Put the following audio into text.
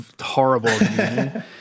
horrible